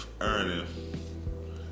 Earning